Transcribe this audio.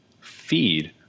feed